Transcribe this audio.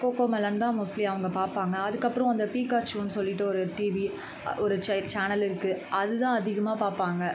Cocomelon தான் mostly அவங்க பார்ப்பாங்க அதுக்கப்புறம் அந்த பீக்காச்சோன்னு சொல்லிட்டு ஒரு டிவி ஒ ஒரு சை சேனல் இருக்குது அதுதான் அதிகமாக பார்ப்பாங்க